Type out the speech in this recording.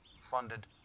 funded